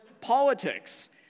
politics